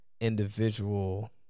individual